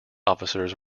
officers